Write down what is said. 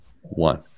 one